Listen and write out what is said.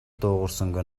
дуугарсангүй